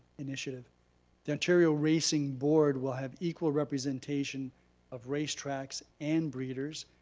initiative the ontario racing board will have equal representation of race tracks and breeders.